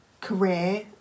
career